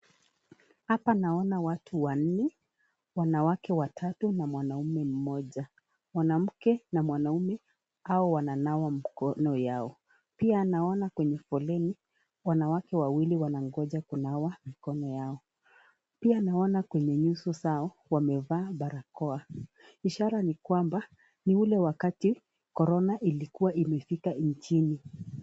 Hapa naona watu wanne. Wanawake watatu na mwanaume mmoja. Mwanamke na mwanaume hao wananawa mkono yao. Pia naona kwenye foleni wanawake wawili wanangoja kunawa mikono yao. Pia naona kwenye nyuso zao, wamevaa barakoa. Ishara ni kwamba, ni ule wakati korona ilikuwa imefika nchini.